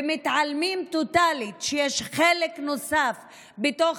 ומתעלמים טוטאלית מכך שיש חלק נוסף בתוך